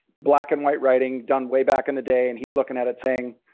black and white writing, done way back in the day, and he's looking at it saying,